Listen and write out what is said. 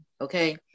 okay